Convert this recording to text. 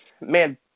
man